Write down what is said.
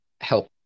help